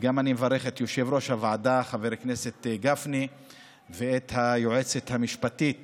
ואני מברך גם את יושב-ראש הוועדה חבר הכנסת גפני ואת היועצת המשפטית